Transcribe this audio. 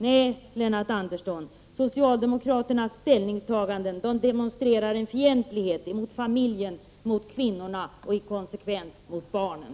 Nej, Lennart Andersson, socialdemokraternas ställningstaganden demonstrerar en fientlighet mot familjen och kvinnorna och som en konsekvens därav också mot barnen.